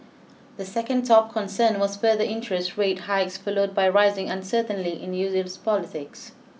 the second top concern was further interest rate hikes followed by rising uncertainly in politics